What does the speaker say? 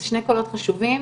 זה שני קולות חשובים,